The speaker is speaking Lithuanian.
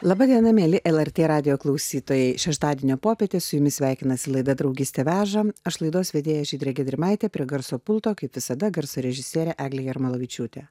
laba diena mieli lrt radijo klausytojai šeštadienio popietę su jumis sveikinasi laida draugystė veža aš laidos vedėja žydrė gedrimaitė prie garso pulto kaip visada garso režisierė eglė jarmalavičiūtė